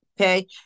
Okay